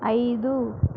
ఐదు